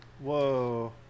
whoa